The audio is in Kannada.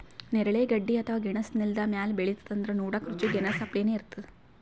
ನೇರಳೆ ಗಡ್ಡಿ ಅಥವಾ ಗೆಣಸ್ ನೆಲ್ದ ಮ್ಯಾಲ್ ಬೆಳಿತದ್ ಆದ್ರ್ ನೋಡಕ್ಕ್ ರುಚಿ ಗೆನಾಸ್ ಅಪ್ಲೆನೇ ಇರ್ತದ್